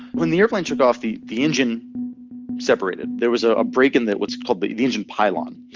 when the airplane sheared off the the engine separated there was a break in that what's called the the engine pylon.